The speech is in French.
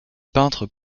peintre